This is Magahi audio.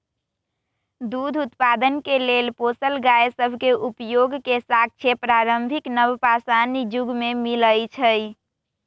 दूध उत्पादन के लेल पोसल गाय सभ के उपयोग के साक्ष्य प्रारंभिक नवपाषाण जुग में मिलइ छै